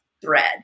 thread